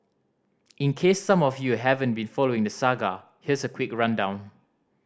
in case some of you haven't been following the saga here's a quick rundown